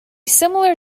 similar